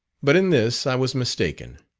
but in this i was mistaken.